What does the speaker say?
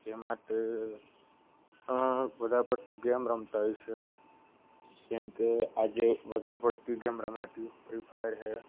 જે માટે વધારે પડતી ગેમ રમતા હોય છે જેમ કે આજે વધારે પડતી ગેમ રમાતી ફ્રી ફાયર છે